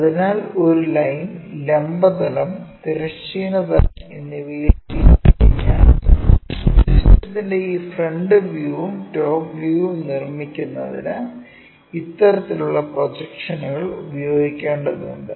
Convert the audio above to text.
അതിനാൽ ഒരു ലൈൻ ലംബ തലം തിരശ്ചീന തലം plane എന്നിവയിലേക്ക് ചെരിഞ്ഞാൽ സിസ്റ്റത്തിന്റെ ഈ ഫ്രണ്ട് വ്യൂവും ടോപ് വ്യൂവും നിർമ്മിക്കുന്നതിന് ഇത്തരത്തിലുള്ള പ്രൊജക്ഷനുകൾ ഉപയോഗിക്കേണ്ടതുണ്ട്